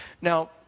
Now